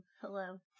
Hello